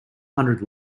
hundred